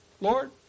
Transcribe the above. Lord